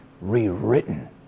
rewritten